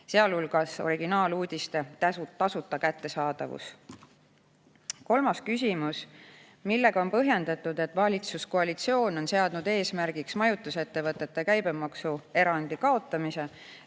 sealhulgas originaaluudiste tasuta kättesaadavus. Kolmas küsimus: "Millega on põhjendatud, et valitsuskoalitsioon on seadnud eesmärgiks majutusettevõtete käibemaksuerandi kaotamise